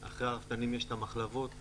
אחרי הרפתנים יש המחלבות,